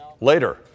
later